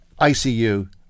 ICU